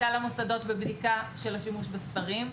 וחוסר שיתוף פעולה בכניסה למוסדות ובבדיקה של השימוש בספרים,